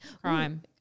Crime